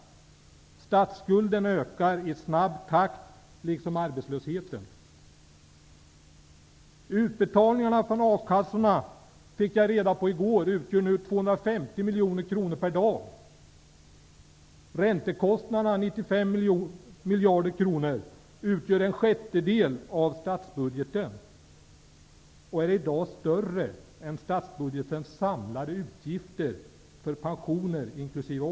Statsskulden, liksom arbetslösheten, ökar i snabb takt. Jag fick i går reda på att utbetalningarna från a-kassorna utgör 250 miljoner kronor per dag. Räntekostnaderna på 95 miljarder kronor utgör en sjättedel av statsbudgeten och är i dag större än statsbudgetens samlade utgifter för pensioner inkl.